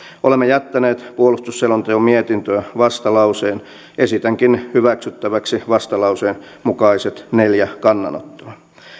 olemme jättäneet puolustusselonteon mietintöön vastalauseen esitänkin hyväksyttäväksi vastalauseen mukaiset neljä kannanottoa